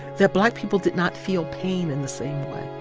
that black people did not feel pain in the same way.